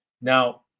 Now